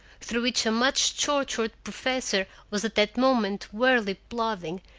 through which a much-tortured professor was at that moment wearily plodding,